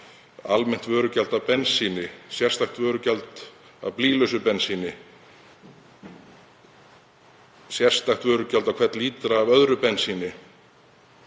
almennt vörugjald af bensíni, sérstakt vörugjald af blýlausu bensíni, sérstakt vörugjald á hvern lítra af öðru bensíni,